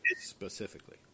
specifically